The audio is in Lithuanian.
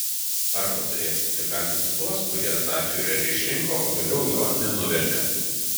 arba turėsite kaltinti tuos kurie tą fiurerį išrinko o vėliau jo nenuvertė